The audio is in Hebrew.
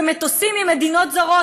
ומטוסים ממדינות זרות,